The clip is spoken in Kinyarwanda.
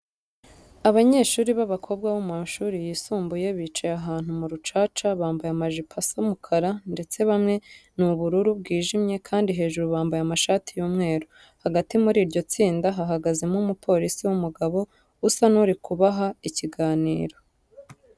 Abanyeshuri b'abakobwa bo mu mashuri yisumbuye bicaye ahantu mu rucaca, bambaye amajipo asa umukara ndetse bamwe ni ubururu bwijimye kandi hejuru bambaye amashati y'umweru. Hagati muri iryo tsinda hahagazemo umupolisi w'umugabo usa n'uri kubaha ikiganiro.